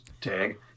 tag